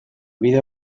bide